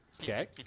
Okay